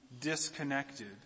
disconnected